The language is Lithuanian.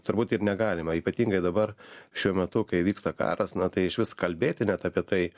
turbūt ir negalime ypatingai dabar šiuo metu kai vyksta karas na tai išvis kalbėti net apie tai